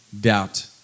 doubt